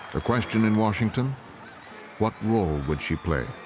ah question in washington what role would she play?